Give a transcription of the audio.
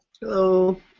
Hello